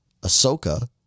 Ahsoka